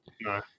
No